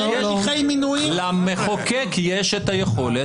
למחוקק יש היכולת,